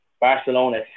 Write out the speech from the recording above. Barcelona